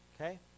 Okay